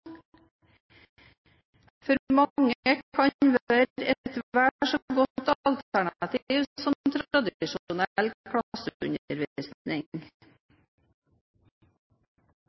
for mange kan være et vel så godt alternativ